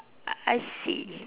I see